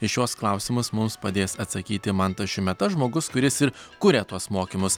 į šiuos klausimus mums padės atsakyti mantas šiumeta žmogus kuris ir kuria tuos mokymus